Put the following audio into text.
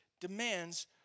demands